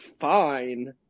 fine